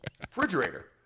refrigerator